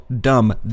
Dumb